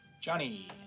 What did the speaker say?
Johnny